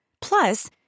Plus